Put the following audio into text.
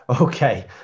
Okay